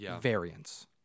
variants